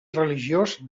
religiós